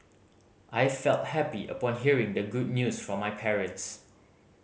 I felt happy upon hearing the good news from my parents